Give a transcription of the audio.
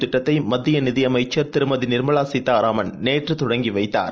திட்டத்தைமத்தியநிதியமைச்சர் திருமதிநிர்மலாசீதாராமன் நேற்றுதொடங்கிவைத்தார்